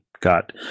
got